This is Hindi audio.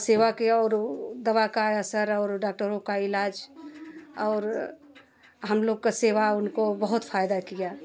सेवा किया और दवा का असर और डाक्टरों का इलाज और हम लोग का सेवा उनको बहुत फायदा किया